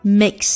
mix